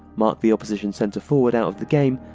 mark the opposition centre-forward out of the game,